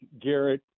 Garrett